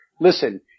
Listen